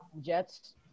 Jets